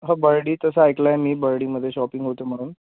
हो बर्डी तसं ऐकलंय मी बर्डीमध्ये शॉपिंग होते म्हणून